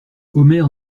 omer